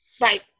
Right